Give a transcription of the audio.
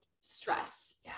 stress